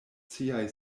siaj